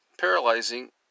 paralyzing